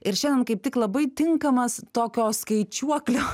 ir šiandien kaip tik labai tinkamas tokio skaičiuoklio